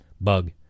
bug